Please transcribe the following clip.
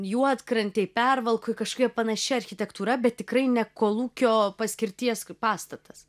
juodkrantėj pervalkoj kažkokia panaši architektūra bet tikrai ne kolūkio paskirties pastatas